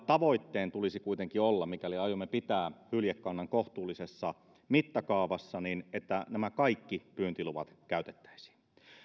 tavoitteen tulisi kuitenkin olla mikäli aiomme pitää hyljekannan kohtuullisessa mittakaavassa että nämä kaikki pyyntiluvat käytettäisiin